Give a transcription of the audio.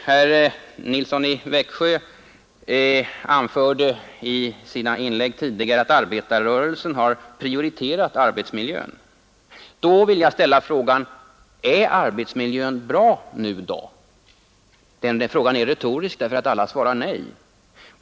Herr Nilsson i Växjö anförde i sina inlägg tidigare att arbetarrörelsen har prioriterat arbetsmiljön. Då vill jag ställa frågan: Är arbetsmiljön bra nu då? Den frågan är retorisk, därför att alla svarar nej.